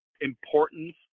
importance